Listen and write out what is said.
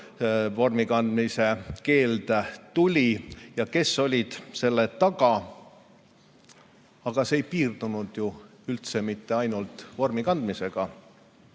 vormi kandmise keeld tuli ja kes olid selle taga. Ja see ei piirdunud ju üldse mitte ainult vormi kandmisega